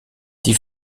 die